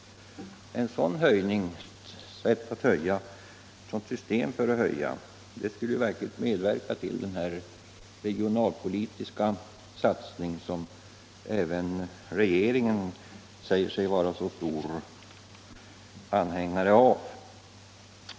Ett sådant system skulle verkligen medverka till den regionalpolitiska satsning som även regeringen säger sig vara en stor anhängare av.